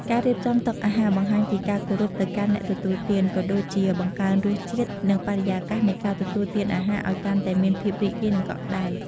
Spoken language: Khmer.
ការរៀបចំតុអាហារបង្ហាញពីការគោរពទៅកាន់អ្នកទទួលទាន ក៏ដូចជាបង្កើនរសជាតិ និងបរិយាកាសនៃការទទួលទានអាហារឱ្យកាន់តែមានភាពរីករាយ និងកក់ក្តៅ។